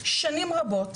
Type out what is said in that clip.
שנים רבות,